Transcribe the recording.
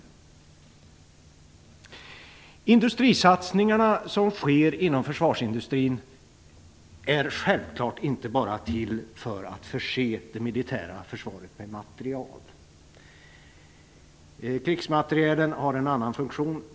De industrisatsningar som sker inom försvarsindustrin är självfallet inte bara till för att förse det militära försvaret med materiel. Krigsmaterielen har en annan funktion.